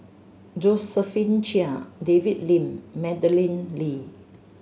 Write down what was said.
Josephine Chia David Lim Madeleine Lee